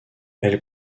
elles